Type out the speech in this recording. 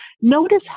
Notice